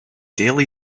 daily